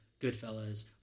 Goodfellas